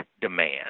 demand